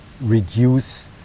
reduce